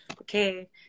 okay